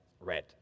red